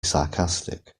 sarcastic